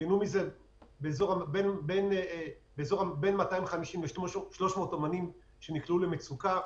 ייהנו מזה בין 250 ל-300 אומנים שנקלעו למצוקה,